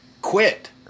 quit